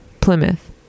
Plymouth